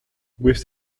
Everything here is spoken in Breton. gouest